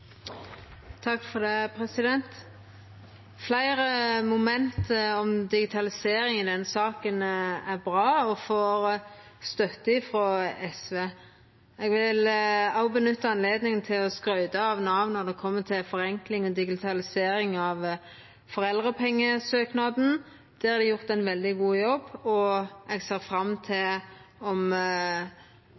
bra og får støtte frå SV. Eg vil òg nytta anledninga til å skryta av Nav når det kjem til forenkling og digitalisering av foreldrepengesøknaden. Der har dei gjort ein veldig god jobb, og eg ser fram til